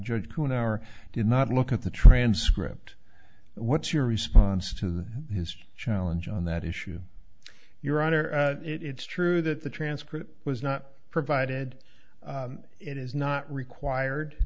judge who an hour did not look at the transcript what's your response to his challenge on that issue your honor it's true that the transcript was not provided it is not required